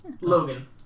Logan